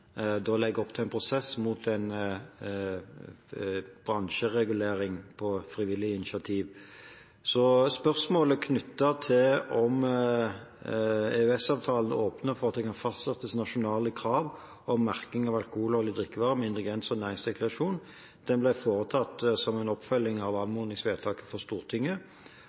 legger opp til en prosess mot en bransjeregulering på frivillig initiativ. Vurderingen av spørsmålet knyttet til om EØS-avtalen åpner for at det kan fastsettes nasjonale krav om merking av alkoholholdige drikkevarer med ingrediens- og næringsdeklarasjon, ble foretatt som en oppfølging av anmodningsvedtaket i Stortinget